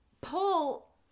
Paul